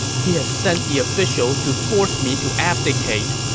he has sent the officials to force me to abdicate.